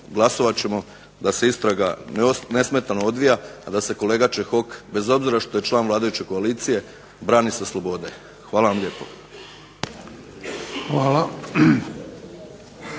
glasovat ćemo da se istraga nesmetano odvija, a da se kolega Čehok bez obzira što je član vladajuće koalicije brani sa slobode. Hvala vam lijepo.